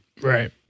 Right